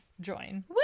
join